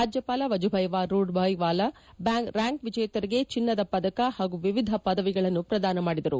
ರಾಜ್ಠವಾಲ Vajubhai Rudabhai Vala rank ವಿಜೇತರಿಗೆ ಚಿನ್ನದ ಪದಕ ಹಾಗೂ ವಿವಿಧ ಪದವಿಗಳನ್ನು ಪ್ರದಾನ ಮಾಡಿದರು